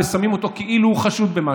ושמים אותו כאילו הוא חשוד במשהו,